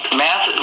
math